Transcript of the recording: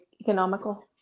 economical